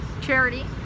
charity